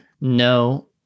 No